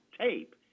tape